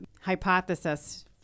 hypothesis